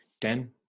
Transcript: ten